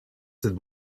that